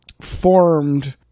formed